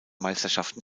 meisterschaften